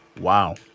Wow